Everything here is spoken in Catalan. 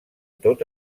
tot